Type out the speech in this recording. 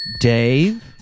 Dave